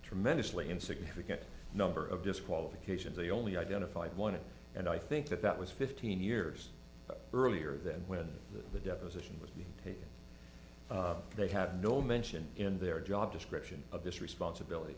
tremendously insignificant number of disqualifications the only identified one and i think that that was fifteen years earlier than when the deposition was being taken they had no mention in their job description of this responsibility